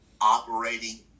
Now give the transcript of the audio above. operating